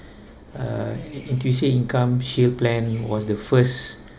uh N_T_U_C income shield plan was the first